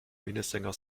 minnesänger